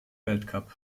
weltcup